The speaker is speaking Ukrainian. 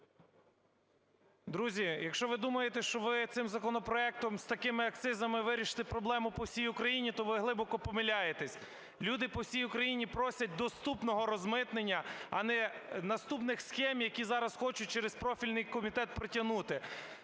Друзі, якщо ви думаєте, що ви цим законопроектом з такими акцизами вирішите проблему по всій Україні, то ви глибоко помиляєтесь. Люди по всій Україні просять доступного розмитнення, а не наступних схем, які зараз хочуть через профільний комітет протягнути.